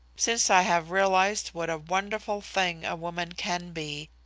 since i have realised what a wonderful thing a woman can be,